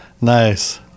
nice